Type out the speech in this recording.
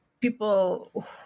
people